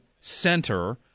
center